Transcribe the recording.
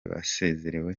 basezerewe